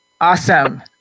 Awesome